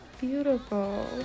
Beautiful